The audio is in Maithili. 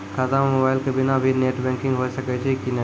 खाता म मोबाइल के बिना भी नेट बैंकिग होय सकैय छै कि नै?